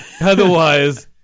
Otherwise